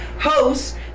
hosts